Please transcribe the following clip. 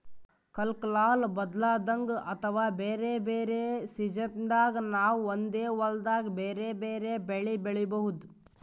ಕಲ್ಕಾಲ್ ಬದ್ಲಾದಂಗ್ ಅಥವಾ ಬ್ಯಾರೆ ಬ್ಯಾರೆ ಸಿಜನ್ದಾಗ್ ನಾವ್ ಒಂದೇ ಹೊಲ್ದಾಗ್ ಬ್ಯಾರೆ ಬ್ಯಾರೆ ಬೆಳಿ ಬೆಳಿಬಹುದ್